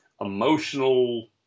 emotional